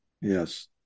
Yes